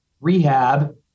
rehab